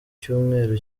cyumweru